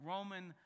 Roman